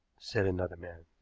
said another man.